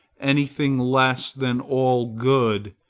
any thing less than all good,